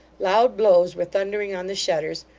loud blows were thundering on the shutters,